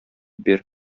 бир